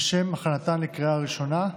לשם הכנתן לקריאה ראשונה,